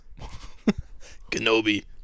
Kenobi